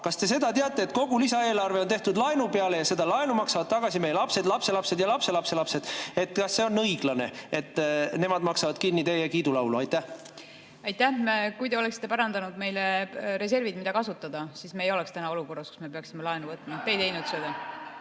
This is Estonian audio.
kas te seda teate, et kogu lisaeelarve on tehtud laenu peale ja seda laenu maksavad tagasi meie lapsed, lapselapsed ja lapselapselapsed? Kas see on õiglane, et nemad maksavad kinni teie kiidulaulu? Aitäh! Kui te oleksite pärandanud meile reservid, mida kasutada, siis me ei oleks täna olukorras, kus me peaksime laenu võtma. (Naer saalis.)